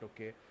Okay